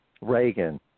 Reagan